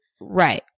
Right